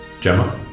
Gemma